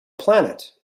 planet